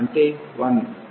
అంటే 1